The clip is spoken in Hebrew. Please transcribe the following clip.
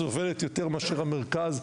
סובלת יותר מאשר המרכז.